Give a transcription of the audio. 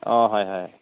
অঁ হয় হয়